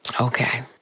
Okay